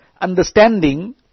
understanding